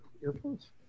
earphones